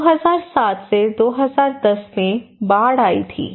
2007 2010 में बाढ़ आई थी